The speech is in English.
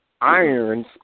irons